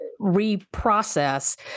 reprocess